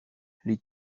les